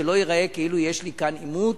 שלא ייראה כאילו יש לי כאן עימות,